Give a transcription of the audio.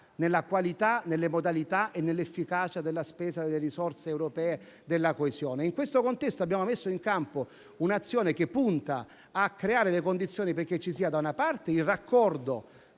nella qualità, nelle modalità e nell'efficacia della spesa delle risorse europee della coesione. In questo contesto abbiamo messo in campo un'azione che punta a creare le condizioni perché ci sia un raccordo